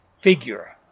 figure